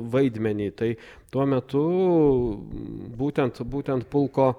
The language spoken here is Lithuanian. vaidmenį tai tuo metu būtent būtent pulko